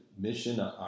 mission